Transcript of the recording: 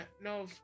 no